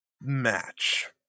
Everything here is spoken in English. match